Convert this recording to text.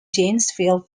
janesville